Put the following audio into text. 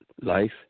life